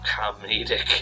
comedic